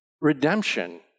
Redemption